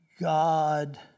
God